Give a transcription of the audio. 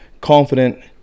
confident